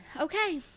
Okay